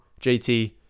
JT